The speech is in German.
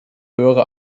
höhere